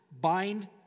bind